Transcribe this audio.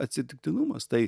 atsitiktinumas tai